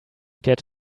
get